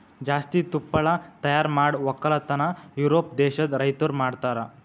ಜಾಸ್ತಿ ತುಪ್ಪಳ ತೈಯಾರ್ ಮಾಡ್ ಒಕ್ಕಲತನ ಯೂರೋಪ್ ದೇಶದ್ ರೈತುರ್ ಮಾಡ್ತಾರ